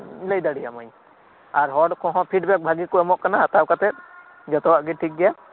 ᱞᱟᱹᱭ ᱫᱟᱲᱤᱭᱟᱹᱢᱟᱹᱧ ᱟᱨ ᱦᱚᱲᱠᱚᱦᱚᱸ ᱯᱷᱤᱰᱵᱮᱠ ᱵᱷᱟᱜᱤᱠᱩ ᱮᱢᱚᱜ ᱠᱟᱱᱟ ᱦᱟᱛᱟᱣ ᱠᱟᱛᱮᱫ ᱡᱚᱛᱚᱣᱟᱜ ᱜᱤ ᱴᱷᱤᱠᱜᱮᱭᱟ